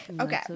Okay